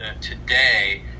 today